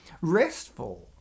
restful